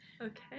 Okay